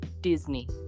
disney